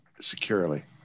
securely